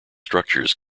structures